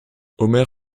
omer